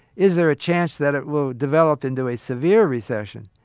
is there a chance that it will develop into a severe recession?